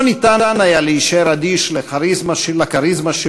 לא ניתן היה להישאר אדיש לכריזמה שלו,